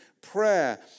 prayer